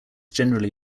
generally